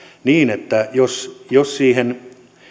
niin että jos jos siihen